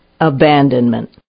abandonment